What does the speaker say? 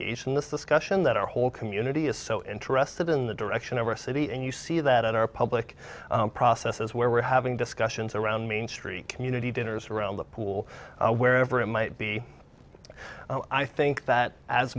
in this discussion that our whole community is so interested in the direction of our city and you see that our public process is where we're having discussions around main street community dinners around the pool wherever it might be i think that as